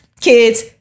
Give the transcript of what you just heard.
kids